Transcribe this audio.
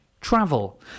travel